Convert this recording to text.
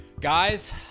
Guys